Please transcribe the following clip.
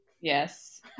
Yes